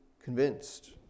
convinced